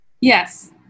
yes